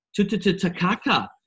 Tutututakaka